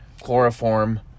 chloroform